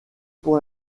pour